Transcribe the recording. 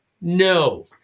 no